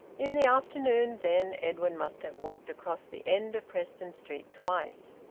in the afternoon, then, edwin must have walked across the end of preston street twice.